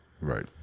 right